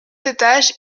étage